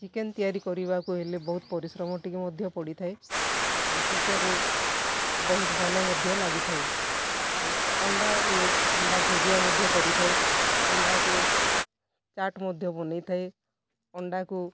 chicken ତିଆରି କରିବାକୁ ହେଲେ ବହୁତ ପରିଶ୍ରମ ଟିକିଏ ମଧ୍ୟ ପଡ଼ିଥାଏ ଆଉ ଚିକେନ୍ରେ ବହୁତ ଭଲ ମଧ୍ୟ ଲାଗିଥାଏ ଓ ଅଣ୍ଡାରେ ଅଣ୍ଡା ଭୁଜିଆ ମଧ୍ୟ କରିଥାଏ ଅଣ୍ଡାକୁ ଚାଟ୍ ମଧ୍ୟ ବନେଇଥାଏ ଅଣ୍ଡାକୁ